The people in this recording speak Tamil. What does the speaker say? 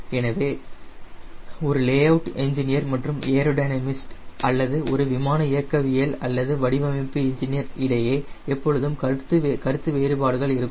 எனவே ஒரு லேஅவுட் இன்ஜினியர் மற்றும் ஏரோ டைனமிஸ்ட் அல்லது ஒரு விமான இயக்கவியல் அல்லது வடிவமைப்பு என்ஜினீயர் இடையே எப்போதும் கருத்து வேறுபாடுகள் இருக்கும்